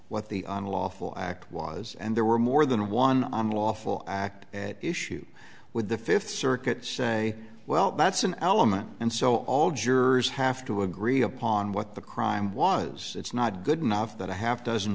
what the on lawful act was and there were more than one on lawful act issued with the fifth circuit say well that's an element and so all jurors have to agree upon what the crime was it's not good enough that a half do